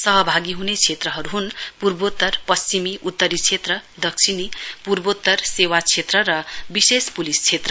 सहभागी हुने क्षेत्रहरू हुन् पूर्वोत्तर पश्चिमी उत्तरी क्षेत्र दक्षिण पूर्वोत्तर सेवा क्षेत्र र विशेष पुलिस क्षेत्र